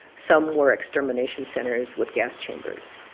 some were extermination centers with gas chambers.